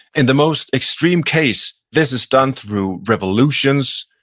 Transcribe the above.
in the most extreme case, this is done through revolutions,